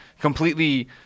completely